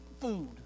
food